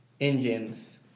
engines